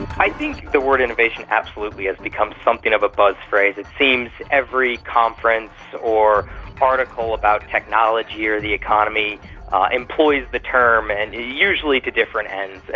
i think the word innovation absolutely has become something of a buzz phrase. it seems every conference or article about technology or the economy employs the term, and usually to different ends.